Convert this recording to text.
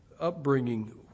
upbringing